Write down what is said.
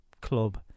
club